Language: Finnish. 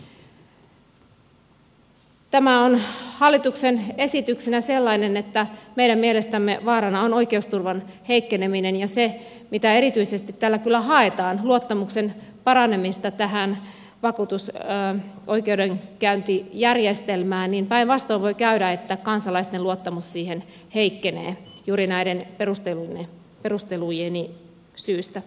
tämä on hallituksen esityksenä sellainen että meidän mielestämme vaarana on oikeusturvan heikkeneminen ja siinä mitä erityisesti kyllä haetaan luottamuksen paranemista tähän vakuutusoikeudenkäyntijärjestelmään voi käydä päinvastoin niin että kansalaisten luottamus siihen heikkenee juuri näiden perustelujeni takia